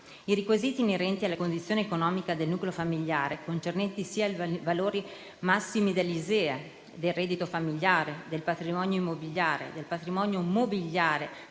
I requisiti inerenti alle condizioni economiche del nucleo familiare, concernenti sia i valori massimi dell'ISEE, del reddito familiare, del patrimonio immobiliare e del patrimonio mobiliare,